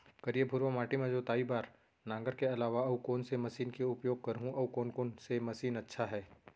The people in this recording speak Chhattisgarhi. करिया, भुरवा माटी म जोताई बार नांगर के अलावा अऊ कोन से मशीन के उपयोग करहुं अऊ कोन कोन से मशीन अच्छा है?